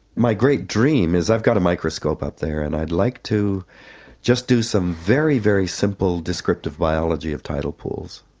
my great dream is, i've got a microscope up there and i'd like to just do some very, very simple descriptive biology of tidal pools.